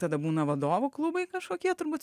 tada būna vadovų klubai kažkokie turbūt